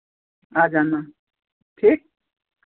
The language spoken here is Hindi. आ जाना ठीक